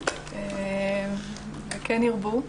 וכן ירבו.